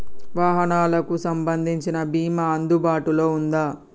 వాహనాలకు సంబంధించిన బీమా అందుబాటులో ఉందా?